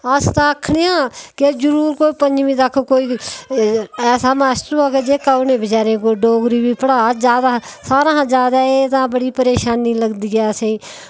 अस ते आखने आं कि जरूर कोई पंजमीं तक कोई बी ऐसा मास्टर होऐ कि जेह्का बचैरा उ'नेंगी डोगरी बी पड़ाऽ जादा सारें शा जादा एह् ते बड़ी परेशानी लगदी ऐ असेंगी